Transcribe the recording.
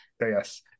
yes